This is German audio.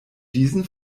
diesen